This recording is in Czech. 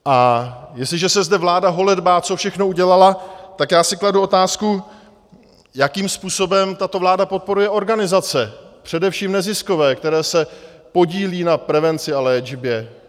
A jestliže se zde vláda holedbá, co všechno udělala, tak já si kladu otázku, jakým způsobem tato vláda podporuje organizace, především neziskové, které se podílejí na prevenci a léčbě.